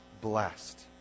blessed